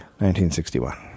1961